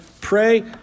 pray